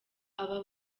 aba